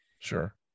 Sure